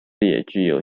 具有